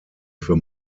für